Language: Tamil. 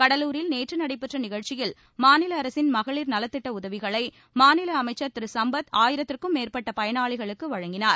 கடலூரில் நேற்று நடைபெற்ற நிகழ்ச்சியில் மாநில அரசின் மகளிர் நலத்திட்ட உதவிகளை மாநில அமைச்சள் திரு சம்பத் ஆயிரத்திற்கும் மேற்பட்ட பயனாளிகளுக்கு வழங்கினார்